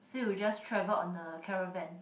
so you just travel on the caravan